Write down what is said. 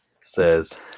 says